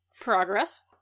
progress